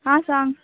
हां सांग